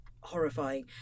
horrifying